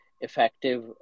effective